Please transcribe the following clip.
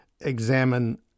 examine